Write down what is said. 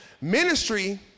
ministry